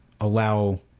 allow